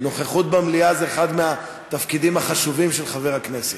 הנוכחות במליאה זה אחד התפקידים החשובים של חברי הכנסת.